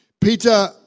Peter